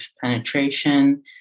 penetration